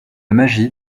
magie